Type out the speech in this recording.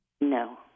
No